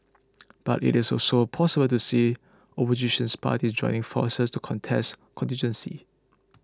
but it is also possible to see oppositions parties joining forces to contest constituencies